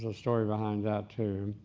ah story behind that too,